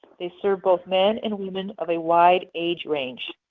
they serve both men and women of a wide age range.